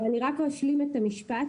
אבל אני רק אשלים את המשפט,